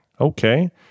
Okay